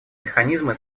механизмы